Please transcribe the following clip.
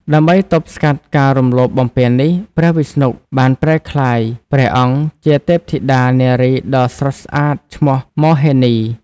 ដើម្បីទប់ស្កាត់ការរំលោភបំពាននេះ ព្រះវិស្ណុបានប្រែក្លាយព្រះអង្គជាទេពធីតានារីដ៏ស្រស់ស្អាតឈ្មោះ មោហិនី។